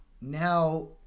now